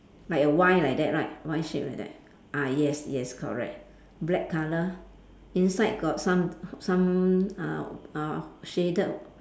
like a Y like that right Y shape like that ah yes yes correct black colour inside got some some uh uh shaded